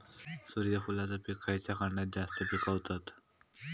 सूर्यफूलाचा पीक खयच्या खंडात जास्त पिकवतत?